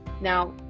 Now